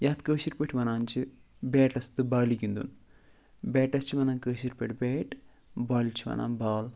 یَتھ کٲشِر پٲٹھۍ وَنان چھِ بیٹَس تہِ بالہِ گِنٛدُن بیٹَس چھِ وَنان کٲشِر پٲٹھۍ بیٹ بالہِ چھِ وَنان بال